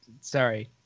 sorry